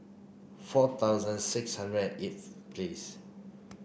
four thousand six hundred and eighth please